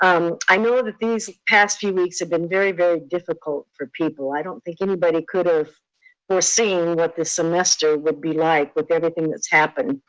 um i know that these past few weeks have been very, very difficult for people. i don't think anybody could have foreseen what this semester would be like with everything that's happened.